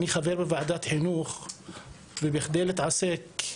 אני חבר בוועדת חינוך ובכדי להתעסק,